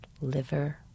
Liver